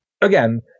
again